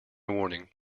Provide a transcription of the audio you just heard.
warning